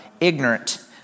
ignorant